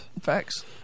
facts